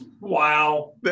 wow